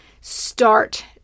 start